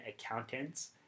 Accountants